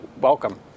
welcome